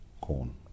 corn